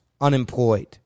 unemployed